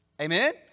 Amen